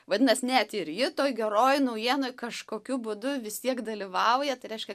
vadinas net ir ji toj geroj naujienoj kažkokiu būdu vis tiek dalyvauja tai reiškia